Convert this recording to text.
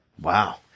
Wow